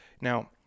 Now